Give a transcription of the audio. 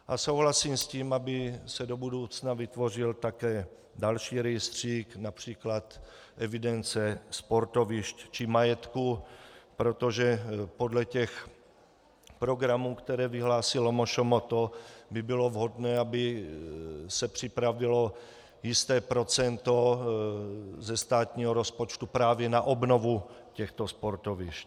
A souhlasím s tím, aby se do budoucna vytvořil také další rejstřík, např. evidence sportovišť či majetku, protože podle těch programů, které vyhlásilo MŠMT, by bylo vhodné, aby se připravilo jisté procento ze státního rozpočtu právě na obnovu těchto sportovišť.